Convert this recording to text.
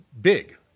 big